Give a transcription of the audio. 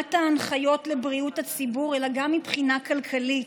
בשמירת ההנחיות לבריאות הציבור אלא גם מבחינה כלכלית.